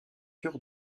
cœur